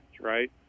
right